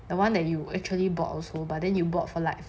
the one that you actually bought also but then you bought for like